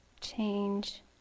change